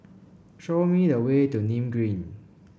show me the way to Nim Green